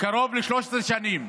קרוב ל-13 שנים.